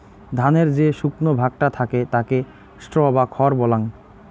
ধানের যে শুকনো ভাগটা থাকে তাকে স্ট্র বা খড় বলাঙ্গ